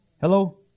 Hello